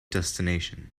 destination